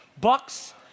Bucks